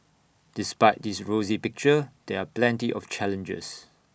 despite this rosy picture there are plenty of challenges